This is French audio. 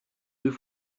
deux